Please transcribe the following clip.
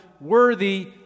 worthy